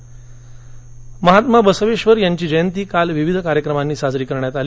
बसवेधर जयंती हिंगोली महात्मा बसवेश्वर यांची जयंती काल विविध कार्यक्रमांनी साजरी करण्यात आली